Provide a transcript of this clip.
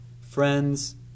friends